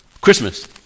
Christmas